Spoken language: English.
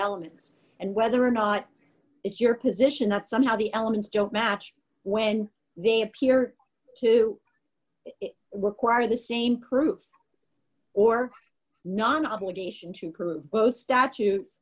elements and whether or not it's your position that somehow the elements don't match when they appear to work or are the same crew or non obligation to prove both statutes